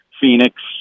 phoenix